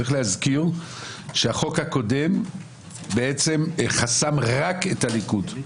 צריך להזכיר שהחוק הקודם חסם רק את הליכוד,